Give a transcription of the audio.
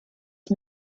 his